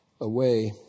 away